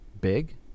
big